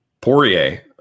Poirier